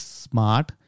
smart